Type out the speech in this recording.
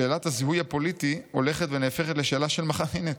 שאלת הזיהוי הפוליטי הולכת ונהפכת לשאלה" הינה,